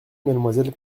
mademoiselle